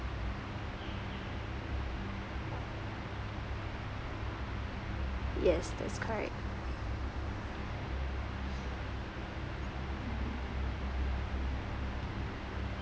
yes that's correct